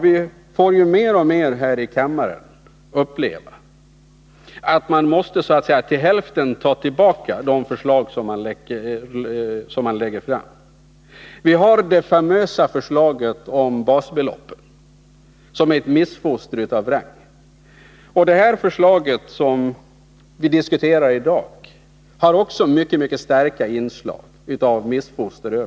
Vi får ju mer och mer uppleva häri kammaren att man måste så att säga till hälften ta tillbaka de förslag som läggs fram. Vi har det famösa förslaget om basbeloppen som är ett missfoster av rang. Det förslag som vi skall diskutera i dag har också mycket starka inslag av missfoster.